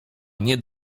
nie